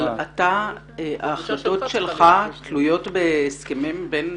אבל ההחלטות שלך תלויות בהסכמים בין צדדים?